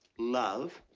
love?